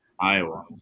Iowa